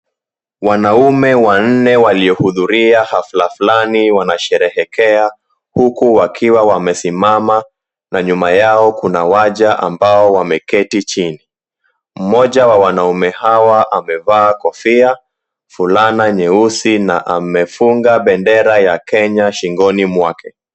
Wanaume wanne waliohudhuria hafla fulani wanasherehekea huku wakiwa wamesimama na nyuma yao kuna waja ambao wameketi chini. Mmoja wa wanaume hawa amevaa kofia, fulana nyeusi na amefunga bendera ya Kenya shingoni mwake.